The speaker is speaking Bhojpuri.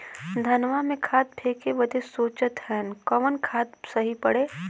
धनवा में खाद फेंके बदे सोचत हैन कवन खाद सही पड़े?